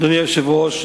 אדוני היושב-ראש,